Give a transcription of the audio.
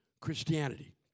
Christianity